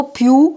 più